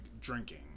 drinking